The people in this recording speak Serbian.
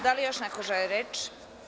Da li još neko želi reč?